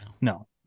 No